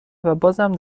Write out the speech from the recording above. وبازم